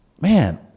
man